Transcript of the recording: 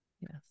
Yes